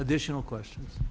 additional questions